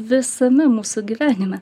visame mūsų gyvenime